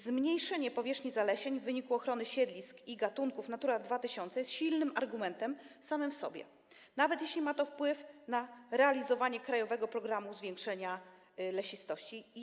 Zmniejszenie powierzchni zalesień w wyniku ochrony siedlisk i gatunków Natura 2000 jest silnym argumentem samym w sobie, nawet jeśli ma to wpływ na realizowanie „Krajowego programu zwiększania lesistości”